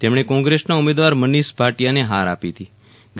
તેમણે કોગ્રેસના ઉમેદવાર મનીષ ભાટિયાને હાર આપી હતીં